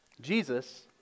Jesus